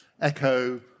ECHO